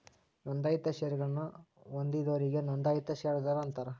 ನೋಂದಾಯಿತ ಷೇರಗಳನ್ನ ಹೊಂದಿದೋರಿಗಿ ನೋಂದಾಯಿತ ಷೇರದಾರ ಅಂತಾರ